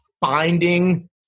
finding